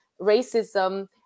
racism